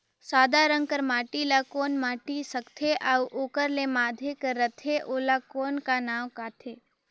सादा रंग कर माटी ला कौन माटी सकथे अउ ओकर के माधे कर रथे ओला कौन का नाव काथे?